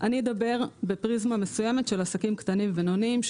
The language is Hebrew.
אני אדבר בפריזמה מסוימת של עסקים קטנים ובינוניים,